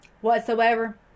whatsoever